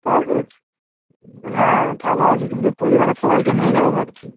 তা হ্যাঁ ভালো আছি কিন্তু পরিবারের সবাইকে নিয়ে যাব ভাবছি